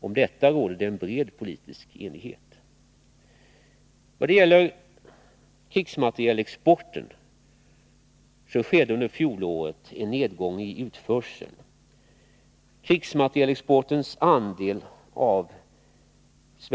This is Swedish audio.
Om detta råder en bred politisk enighet.